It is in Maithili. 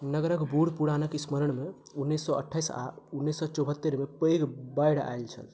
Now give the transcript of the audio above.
नगरक बूढ़पुरानक स्मरणमे उन्नैस सए अठाइस आ उन्नैस सए चौहतरि मे पैघ बाढ़ि आयल छल